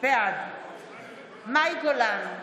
בעד מאי גולן,